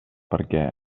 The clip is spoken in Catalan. perquè